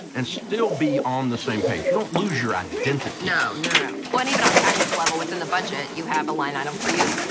and still be on the same page. you don't lose your identity. no, no, no, no. well, and even on a tactical level within the budget, you have a line item for you,